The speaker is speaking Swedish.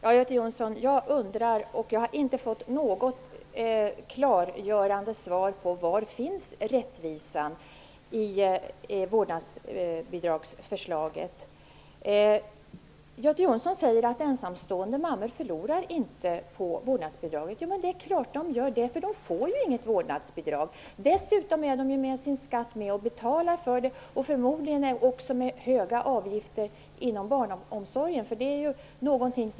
Herr talman! Jag undrar, Göte Jonsson, var rättvisan i vårdnadsbidragsförslaget finns, men jag har inte fått något klargörande svar på den frågan. Göte Jonsson säger att ensamstående mammor inte förlorar på vårdnadsbidraget. Jo, visst gör de det. De får ju inget vårdnadsbidrag. Dessutom är de genom sin skatt med om att betala för vårdnadsbidragen. Detsamma sker förmodligen också genom höga avgifter inom barnomsorgen.